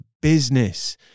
business